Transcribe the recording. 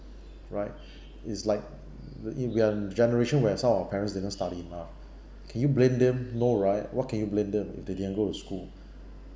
right it's like um in we are in generation where some of our parents didn't study enough can you blame them no right what can you blame them they didn't go to school